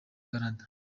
canada